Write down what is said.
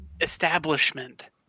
Establishment